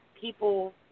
people –